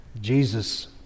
Jesus